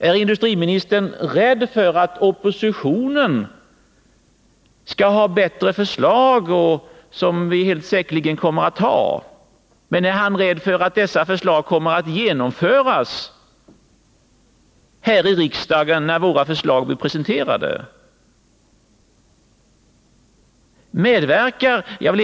Är industriministern rädd för att oppositionen skall komma med ett bättre förslag — som vi helt säkert kommer att göra? Är han rädd för att våra förslag skall förverkligas sedan de presenterats här i riksdagen?